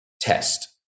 test